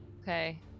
Okay